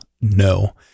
No